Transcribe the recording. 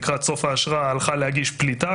לקראת סוף האשרה הלכה להגיש פליטה,